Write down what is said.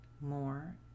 more